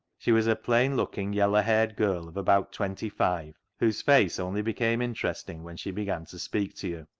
she was a plain-looking, yellow-haired girl of about twenty-five, whose face only became interesting when she began to speak to you.